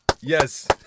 yes